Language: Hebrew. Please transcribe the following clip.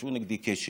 וקשרו נגדי קשר.